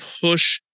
push